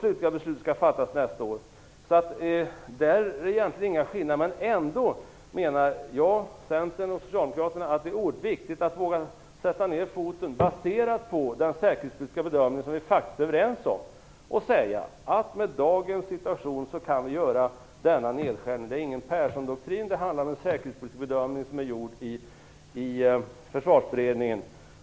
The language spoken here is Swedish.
Slutliga beslut skall fattas nästa år. Där har vi egentligen inte skilda uppfattningar. Jag, Centern och Socialdemokraterna menar ändå att det, med hänvisning till den säkerhetspolitiska bedömning som vi faktiskt är överens om, är oerhört viktigt att vi vågar sätta ner foten och säga att vi med dagens situation kan genomföra denna nedskärning. Det rör sig inte om någon Perssondoktrin, utan det handlar om en säkerhetspolitisk bedömning som är gjord i Försvarsberedningen.